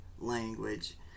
language